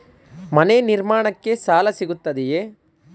ಮನೆ ನಿರ್ಮಾಣಕ್ಕೆ ಸಾಲ ಸಿಗುತ್ತದೆಯೇ?